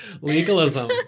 Legalism